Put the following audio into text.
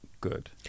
good